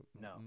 No